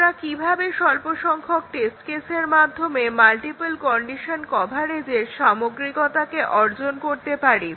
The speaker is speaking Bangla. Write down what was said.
আমরা কিভাবে স্বল্পসংখ্যক টেস্ট কেসের মাধ্যমে মাল্টিপল কন্ডিশন কভারেজের সামগ্রিকতাকে অর্জন করতে পারি